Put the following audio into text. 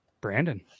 Brandon